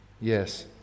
Yes